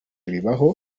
bibaho